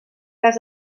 cas